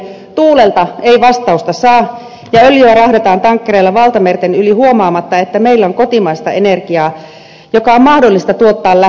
tuulelta ei vastausta saa ja öljyä rahdataan tankkereilla valtamerten yli huomaamatta että meillä on kotimaista energiaa joka on mahdollista tuottaa lähellä